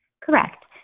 Correct